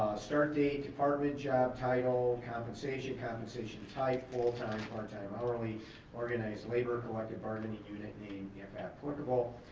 start date, department, job title, compensation, compensation type, full-time, part-time, hourly organized labor collective bargaining unit name if applicable.